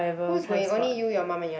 who is going only you your mum and your dad